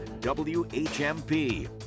WHMP